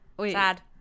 sad